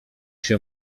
się